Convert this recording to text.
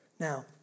Now